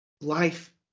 life